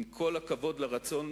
עם כל הכבוד לרצון